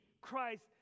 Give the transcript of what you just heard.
Christ